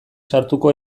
sartuko